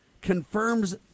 confirms